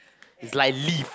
it's like leave